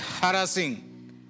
harassing